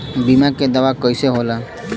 बीमा के दावा कईसे होला?